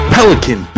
Pelican